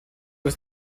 was